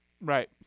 Right